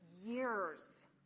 years